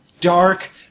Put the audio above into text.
dark